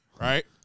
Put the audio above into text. Right